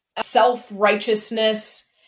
self-righteousness